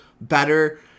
better